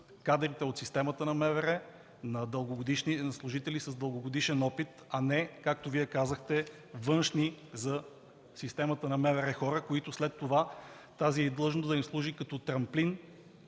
кадрите от системата на МВР, на служители с дългогодишен опит, а не, както Вие казахте, външни за системата на МВР хора, на които след това тази длъжност ще им служи като трамплин